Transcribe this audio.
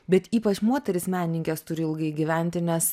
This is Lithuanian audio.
bet ypač moterys menininkės turi ilgai gyventi nes